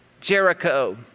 Jericho